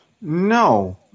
no